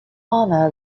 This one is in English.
honor